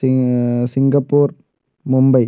see Singapore Mumbai